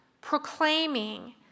proclaiming